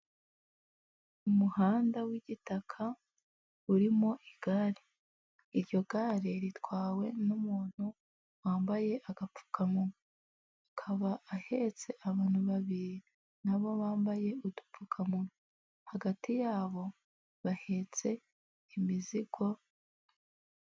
Umuhanda w'igitaka urimo igare, iryo gare ritwawe n'umuntu wambaye agapfukamunwa, akaba ahetse abantu babiri na bo bambaye udupfukamunwa, hagati yabo bahetse imizigo.